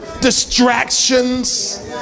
distractions